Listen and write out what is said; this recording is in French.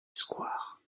square